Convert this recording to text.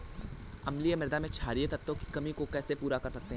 अम्लीय मृदा में क्षारीए तत्वों की कमी को कैसे पूरा कर सकते हैं?